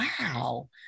wow